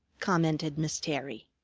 commented miss terry.